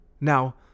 Now